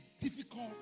difficult